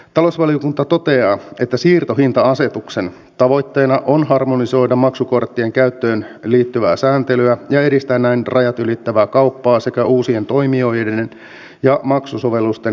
talousvaliokunta toteaa että siirtohinta asetuksen tavoitteena on harmonisoida maksukorttien käyttöön liittyvää sääntelyä ja edistää näin rajat ylittävää kauppaa sekä uusien toimijoiden ja maksusovellusten markkinoillepääsyä